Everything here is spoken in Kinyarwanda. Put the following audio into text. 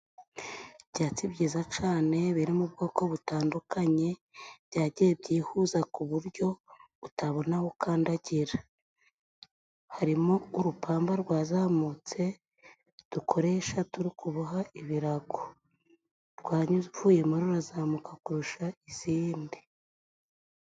Ibyatsi byiza cane biri mu bwoko butandukanye, byagiye byihuza ku buryo utabona ukandagira. Harimo urupamba rwazamutse dukoresha turikuboha ibirago rwavuyemo rurazamuka kurusha izindi.